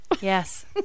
yes